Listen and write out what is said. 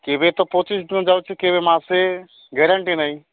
କେବେ ତ ପଚିଶ ଦିନ ଯାଉଛିି କେବେ ମାସେ ଗ୍ୟାରେଣ୍ଟି ନାହିଁ